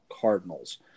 Cardinals